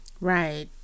Right